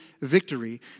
victory